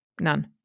None